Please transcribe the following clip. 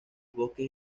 bosques